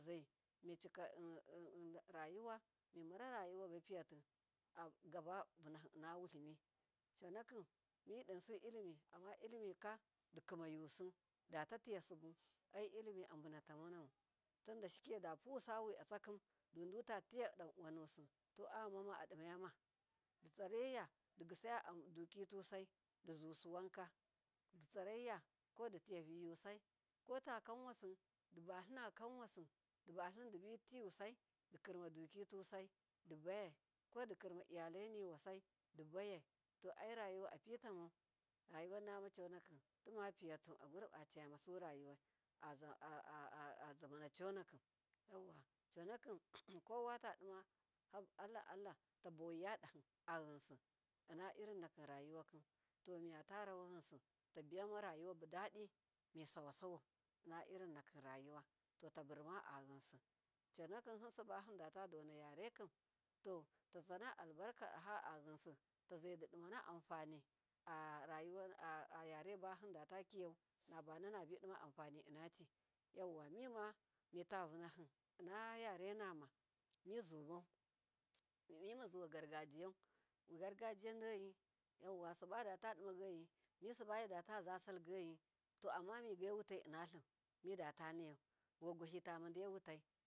Tazai micika rayuwa rayuwabapiyati aguba innawutlimi tomidinilimi amma llimika dikima yasu datatiyasibu ai llimi abunanamamu tinshika dapuwusawi atsakim dudutatiya danuwasu, to ayama adiyama ditsareya digisaya dukitusai dizusu wanka ditsaraiyakoditiyaviyusai kotakonuwasi dibatlina kanwasi dibatlin dibdivusai dikirma dukitusai dibayau kodikirma iyalainiwasai dibayai, to airayuwa apitamau rayuwanama conakim tima piyatu awurba cemasu rayuwai a azamanaconakim conakim, kowatadima allah allah tabuwai yadahi a yinsi inna irin nakim rayuwakim to miya tarawa yinsitabiya rayuwa bodadimisawau innairin nakin rayuwa taburma a yinsi to conakin hinsiba hindata dona yerekin tazana albarka daha a yinsi tazaididima anfani a rayuwa a yare bahinda takiyau nabana nabinima afani innati, yauwa mima mitavunahi inna yarenama mizumau mimazuwa gorgajiyau gargajiya doyi sibadatadimaagoyi misibadata zasallal goyi mide wutai innatli vogwa hitaina daiwutai.